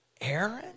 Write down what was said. Aaron